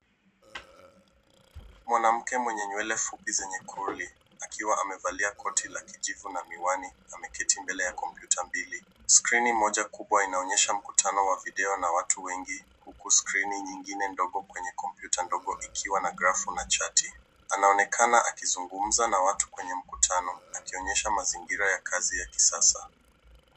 Mwanamke mwenye nywele fupi zenye curly akiwa amevalia koti la kijivu na miwani ameketi mbele ya kompyuta mbili. Skrini moja kubwa inaonyesha mkutano moja kubwa wa video huku watu wenye ikiwa na grafu na chati. Anaonekana akizungumza na watu kwenye mkutano akionyesha mazingira yake ya kisasa.